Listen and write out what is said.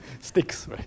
sticks